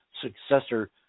successor